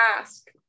ask